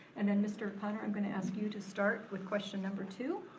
and then, mr. o'connor, i'm gonna ask you to start with question number two.